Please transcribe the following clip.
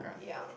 yeah